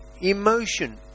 emotion